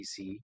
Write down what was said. pc